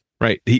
Right